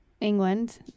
England